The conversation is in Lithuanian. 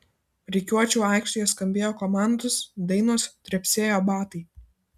rikiuočių aikštėje skambėjo komandos dainos trepsėjo batai